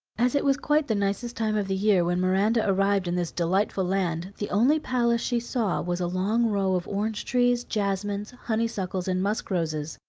as it was quite the nicest time of the year when miranda arrived in this delightful land the only palace she saw was a long row of orange trees, jasmines, honeysuckles, and musk-roses,